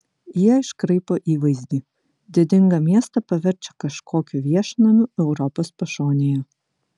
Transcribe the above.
jie iškraipo įvaizdį didingą miestą paverčia kažkokiu viešnamiu europos pašonėje